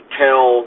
tell